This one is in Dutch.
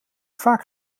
vaak